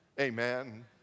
Amen